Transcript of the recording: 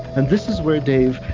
and this is where, dave,